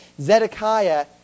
Zedekiah